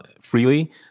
freely